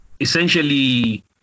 essentially